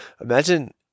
Imagine